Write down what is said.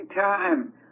time